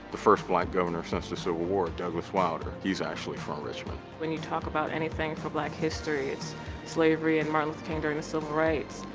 the first black governor since the civil war, douglas wilder, he's actually from richmond. when you talk about anything for black history it's slavery and martin luther king, during the civil rights,